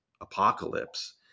apocalypse